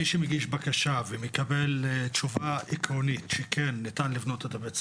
מי שמגיש בקשה ומקבל תשובה עקרונית שכן ניתן לבנות את הבית ספר,